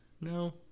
no